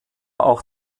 auch